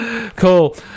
Cool